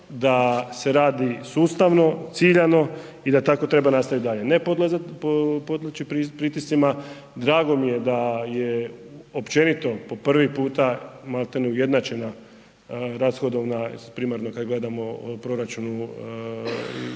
da se radi sustavno, ciljano i da tako treba nastaviti dalje. Ne podleći pritiscima, drago mi je da je općenito po prvi puta maltene ujednačena rashodovna primarno kada gledamo o proračunu i da je